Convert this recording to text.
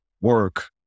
work